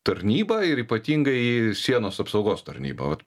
tarnybą ir ypatingai į sienos apsaugos tarnybą vat